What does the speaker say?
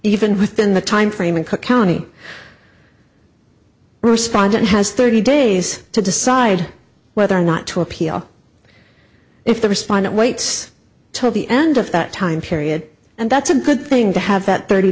even within the timeframe in cook county respondent has thirty days to decide whether or not to appeal if the respondent waits till the end of that time period and that's a good thing to have that thirty